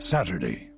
Saturday